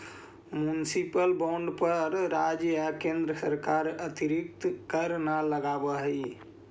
municipal bond पर राज्य या केन्द्र सरकार अतिरिक्त कर न लगावऽ हइ